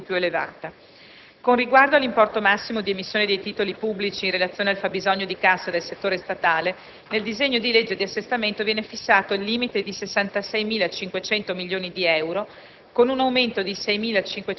pur in presenza di una massa di residui più elevata. Con riferimento all'importo massimo di emissione dei titoli pubblici in relazione al fabbisogno di cassa del settore statale, nel disegno di legge di assestamento viene fissato il limite di 66.500 milioni di euro,